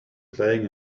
playing